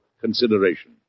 consideration